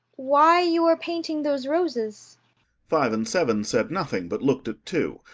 why you are painting those roses five and seven said nothing, but looked at two.